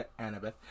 Annabeth